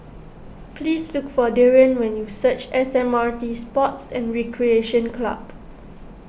please look for Darrion when you reach S M R T Sports and Recreation Club